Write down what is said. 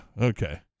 Okay